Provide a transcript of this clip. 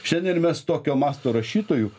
šiandien mes tokio masto rašytojų